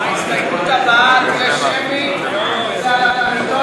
ההסתייגות של קבוצת סיעת העבודה לפרק ה' סימן ב' לא נתקבלה.